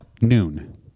noon